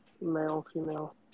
male-female